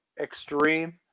extreme